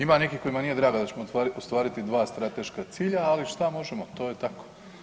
Ima nekih kojima nije drago da ćemo ostvariti dva strateška cilja, ali šta možemo to je tako.